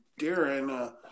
Darren